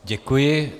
Děkuji.